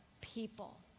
people